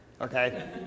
okay